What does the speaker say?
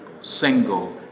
single